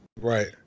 Right